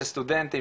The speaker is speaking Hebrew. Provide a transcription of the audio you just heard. של סטודנטים,